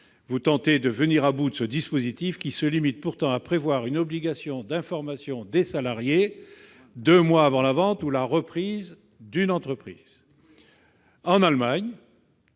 vous tentez ici d'abroger ce dispositif, qui se limite pourtant à prévoir une obligation d'information des salariés deux mois avant la vente ou la reprise d'une entreprise. Nous sommes